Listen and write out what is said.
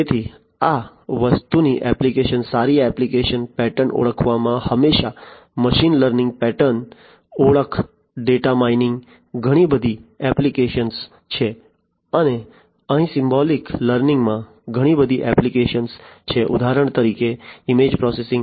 તેથી આ વસ્તુની એપ્લિકેશન સારી એપ્લિકેશનો પેટર્ન ઓળખમાં હશે મશીન લર્નિંગમાં પેટર્ન ઓળખ ડેટા માઇનિંગમાં ઘણી બધી એપ્લિકેશનો છે અને અહીં સિમ્બોલિક લર્નિંગમાં ઘણી બધી એપ્લિકેશનો છે ઉદાહરણ તરીકે ઇમેજ પ્રોસેસિંગ